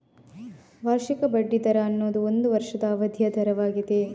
ವಾರ್ಷಿಕ ಬಡ್ಡಿ ದರ ಅನ್ನುದು ಒಂದು ವರ್ಷದ ಅವಧಿಯ ದರವಾಗಿದೆ